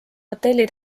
hotelli